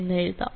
എന്ന് എഴുതാം